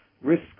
Risk